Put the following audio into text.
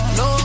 no